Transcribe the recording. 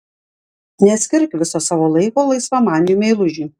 neskirk viso savo laiko laisvamaniui meilužiui